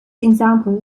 examples